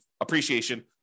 appreciation